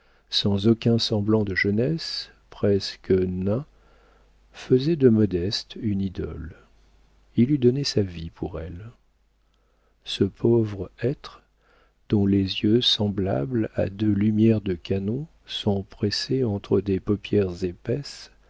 sans aucun semblant de jeunesse presque nain faisait de modeste une idole il eût donné sa vie pour elle ce pauvre être dont les yeux semblables à deux lumières de canon sont pressés entre les paupières épaisses